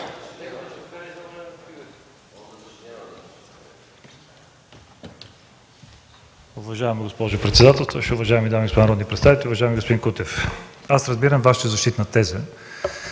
Уважаема госпожо председател, уважаеми дами и господа народни представители! Уважаеми господин Кутев, аз разбирам Вашата защитна теза